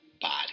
body